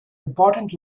important